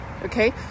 okay